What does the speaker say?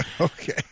Okay